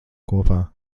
kopā